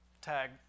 tag